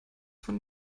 von